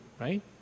right